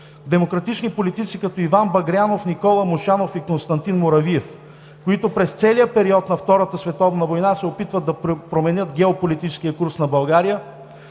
демократични политици като Иван Багрянов, Никола Мушанов и Константин Муравиев, които през целия период на Втората световна война се опитват да променят геополитическия курс на България;